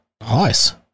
Nice